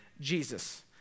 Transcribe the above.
Jesus